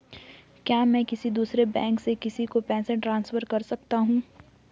क्या मैं किसी दूसरे बैंक से किसी को पैसे ट्रांसफर कर सकता हूँ?